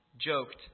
joked